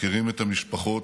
מכירים את המשפחות,